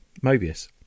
Mobius